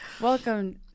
Welcome